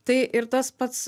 tai ir tas pats